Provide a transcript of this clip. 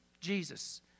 Jesus